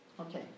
Okay